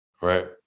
Right